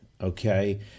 okay